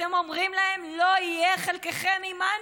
אתם אומרים להם: לא יהיה חלקכם עימנו.